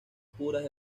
puras